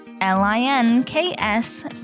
l-i-n-k-s